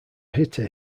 hitter